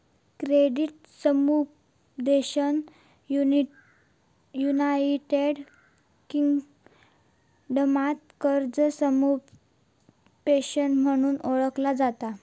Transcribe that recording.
credit समुपदेशन United किंगडमात कर्जा समुपदेशन म्हणून ओळखला जाता